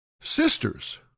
Sisters